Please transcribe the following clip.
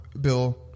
Bill